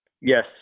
Yes